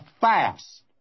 fast